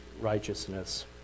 righteousness